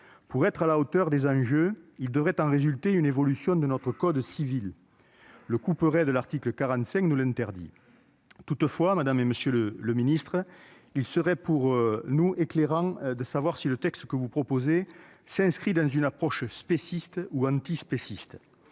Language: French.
Pour être à la hauteur des enjeux, il devrait en résulter une évolution de notre code civil. Le couperet de l'article 45 nous l'interdit. Toutefois, madame, monsieur les ministres, il serait pour nous éclairant de savoir si le texte que vous proposez, au périmètre réduit, s'inscrit dans une approche spéciste ou antispéciste.